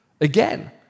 again